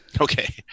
Okay